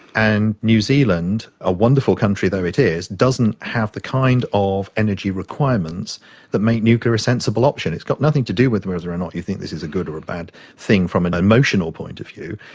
and new zealand, a wonderful country though is, doesn't have the kind of energy requirements that make nuclear a sensible option. it's got nothing to do with whether or not you think this is a good or a bad thing from an emotional point of view.